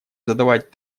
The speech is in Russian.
задавать